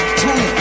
two